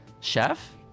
Chef